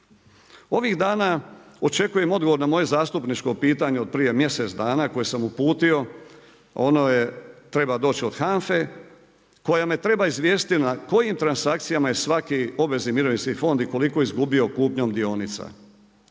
Ovih dana očekujem odgovor na moje zastupničko pitanje od prije mjesec dana koje sam uputio, ono treba doći od HANFA-e, koja me treba izvijestiti na kojim transakcijama je svaki obvezni mirovinski fond i koliko je izgubio kupnjom dionica.